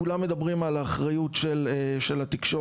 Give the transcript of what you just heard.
כולם מדברים על האחריות של התקשורת,